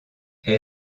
elle